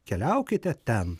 keliaukite ten